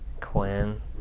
Quinn